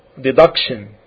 deduction